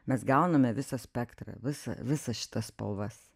mes gauname visą spektrą visą visas šitas spalvas